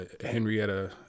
Henrietta